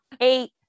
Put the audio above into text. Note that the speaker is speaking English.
eight